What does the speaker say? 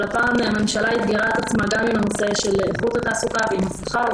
אבל הפעם הממשלה אתגרה את עצמה גם עם הנושא של איכות התעסוקה ועם השכר,